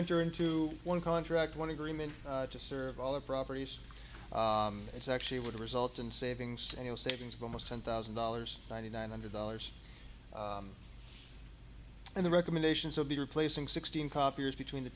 enter into one contract one agreement to serve all the properties it's actually would result in savings annual savings of almost ten thousand dollars ninety nine hundred dollars and the recommendations would be replacing sixteen copiers between the